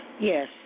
Yes